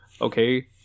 okay